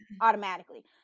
automatically